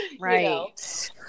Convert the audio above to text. right